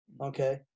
okay